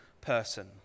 person